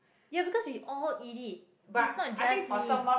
ya because we all eat it it's not just me